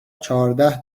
چهارده